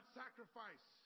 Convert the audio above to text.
sacrifice